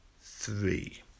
three